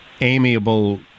amiable